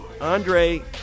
Andre